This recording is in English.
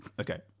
Okay